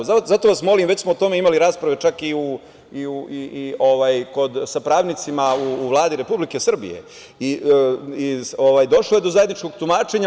Zato vas molim, već smo o tome imali rasprave čak i sa pravnicima u Vladi Republike Srbije i došlo je do zajedničkog tumačenja.